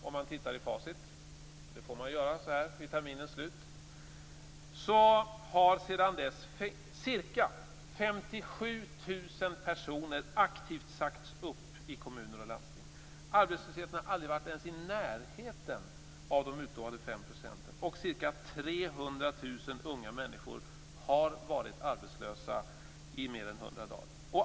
Om man tittar i facit, fru talman, och det får man ju göra så här vid terminens slut, har sedan dess ca 57 000 personer aktivt sagts upp i kommuner och landsting. Arbetslösheten har aldrig varit ens i närheten av de utlovade 5 % och ca 300 000 unga människor har varit arbetslösa i mer än 100 dagar.